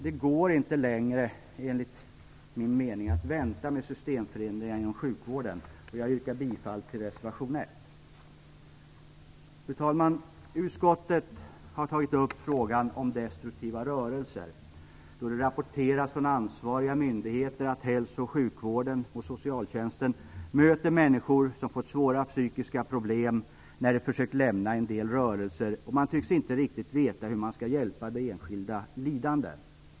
Det går inte längre enligt min mening att vänta med systemförändringar inom sjukvården. Jag yrkar bifall till reservation 1. Fru talman! Utskottet har tagit upp frågan om destruktiva rörelser, då det rapporterats från ansvariga myndigheter att hälso och sjukvården och socialtjänsten möter människor som fått svåra psykiska problem när de försökt lämna en del rörelser. Man tycks inte riktigt veta hur man skall hjälpa de enskilda lidande.